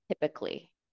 typically